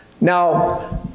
Now